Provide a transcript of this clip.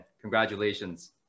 congratulations